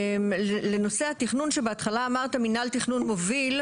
לנושא התכנון שבהתחלה אמרת מינהל התכנון מוביל,